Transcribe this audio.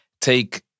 take